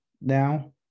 now